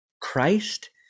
Christ